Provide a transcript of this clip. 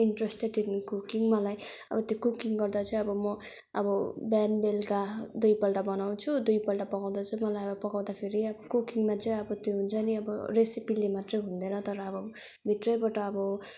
interested in cooking मलाई अब त्यो कुकिङ गर्दा चाहिँ अब म अब बिहान बेलुका दुईपल्ट बनाउँछु दुईपल्ट पकाउँदा चाहिँ मलाई अब पकाउँदाखेरि कुकिङमा चाहिँ अब त्यो हुन्छ नि अब त्यो रेसिपीले मात्रै हुँदैन तर अब भित्रैबाट अब